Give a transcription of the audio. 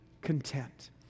content